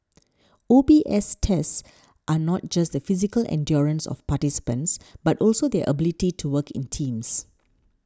O B S tests not just the physical endurance of participants but also their ability to work in teams